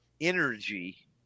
energy